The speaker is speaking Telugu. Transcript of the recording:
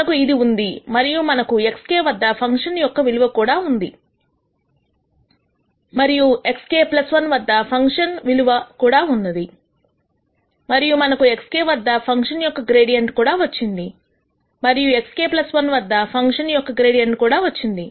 మనకు ఇది ఉంది మరియు మనకు x k వద్ద ఫంక్షన్ ఫంక్షన్ విలువ కూడా ఉంది మరియు x k 1 వద్ద ఫంక్షన్ ఫంక్షన్ విలువ కూడా ఉంది మరియు మనకు x kవద్దా ఫంక్షన్ యొక్క గ్రేడియంట్ కూడా వచ్చింది మరియు x k 1 వద్దా ఫంక్షన్ యొక్క గ్రేడియంట్ కూడా వచ్చింది